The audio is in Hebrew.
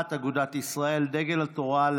הצעת חוק תשלום פיצויים בשל נזקי אסון